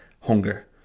hunger